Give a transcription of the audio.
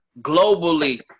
globally